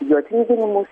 jų atlyginimus